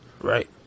right